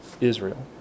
Israel